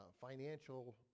financial